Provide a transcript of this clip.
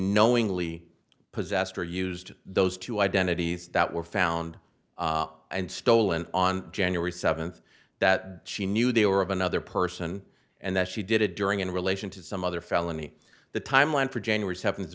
knowingly possessed or used those two identities that were found and stolen on january seventh that she knew they were of another person and that she did it during in relation to some other felony the timeline for january